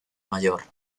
mayor